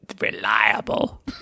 reliable